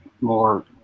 more